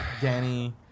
Danny